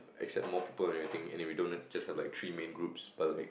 accept more people and everything and then we don't just have three main groups but like